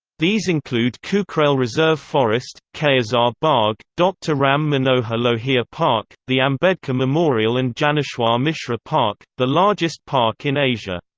these include kukrail reserve forest, qaisar bagh, dr. ram manohar lohia park, the ambedkar memorial and janeshwar mishra park, the largest park in asia.